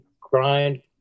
grind